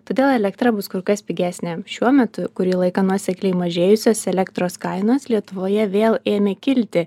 todėl elektra bus kur kas pigesnė šiuo metu kurį laiką nuosekliai mažėjusios elektros kainos lietuvoje vėl ėmė kilti